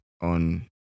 on